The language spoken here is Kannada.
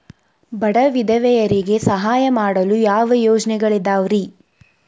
ಬಡ ವಿಧವೆಯರಿಗೆ ಸಹಾಯ ಮಾಡಲು ಯಾವ ಯೋಜನೆಗಳಿದಾವ್ರಿ?